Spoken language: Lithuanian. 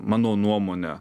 mano nuomone